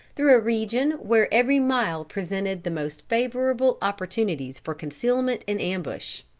through a region where every mile presented the most favorable opportunities for concealment in ambush.